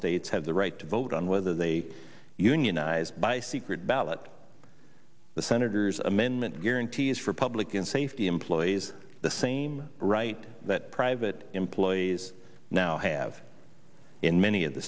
states have the right to vote on whether they are unionized by secret ballot the senator's amendment guarantees for public and safety employees the same right that private employees now have in many of the